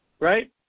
Right